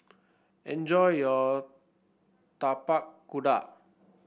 enjoy your Tapak Kuda